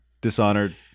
Dishonored